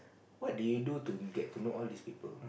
what do you do to get to know all of these people